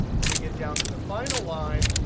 when we get down to the final line,